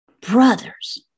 brothers